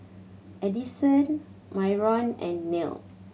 Addyson Myron and Nell